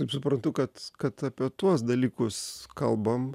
taip suprantu kad kad apie tuos dalykus kalbam